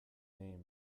name